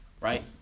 right